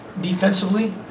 defensively